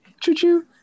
choo-choo